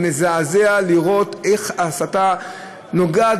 מזעזע לראות איך ההסתה נוגעת